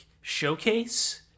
showcase